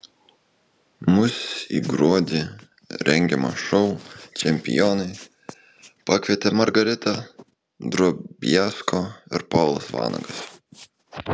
mus į gruodį rengiamą šou čempionai pakvietė margarita drobiazko ir povilas vanagas